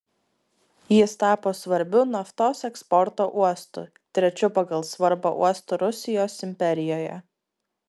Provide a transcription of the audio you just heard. jis tapo svarbiu naftos eksporto uostu trečiu pagal svarbą uostu rusijos imperijoje